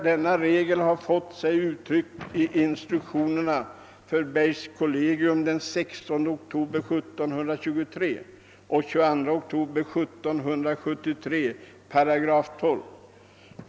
Denna regel har fått sig uttryck i instruktionerna för bergskollegium den 16 oktober 1723 och 22 juni 1773 8 12.